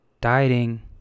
Dieting